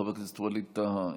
חבר הכנסת ווליד טאהא,